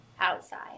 outside